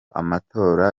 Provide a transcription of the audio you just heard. amatora